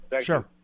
Sure